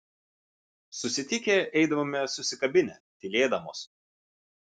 susitikę eidavome susikabinę tylėdamos